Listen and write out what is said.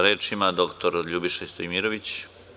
Reč ima dr Ljubiša Stojmirović.